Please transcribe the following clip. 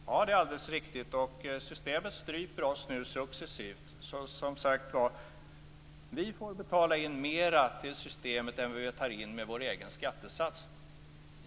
Fru talman! Det är alldeles riktigt. Systemet stryper oss nu successivt. Som sagt var: Vi får betala in mer till systemet än vad vi tar in med vår egen skattesats.